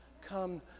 Come